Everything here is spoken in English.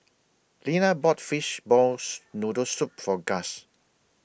Lena bought Fishballs Noodle Soup For Gust